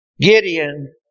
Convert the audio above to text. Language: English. Gideon